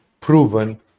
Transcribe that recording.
proven